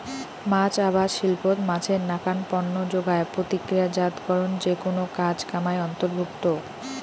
মাছ আবাদ শিল্পত মাছের নাকান পণ্য যোগার, প্রক্রিয়াজাতকরণ যেকুনো কাজ কামাই অন্তর্ভুক্ত